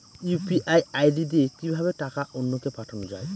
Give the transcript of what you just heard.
UPI ID দিয়ে কিভাবে টাকা অন্য কে পাঠানো যায়?